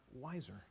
wiser